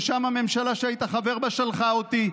שלשם הממשלה שהיית חבר בה שלחה אותי,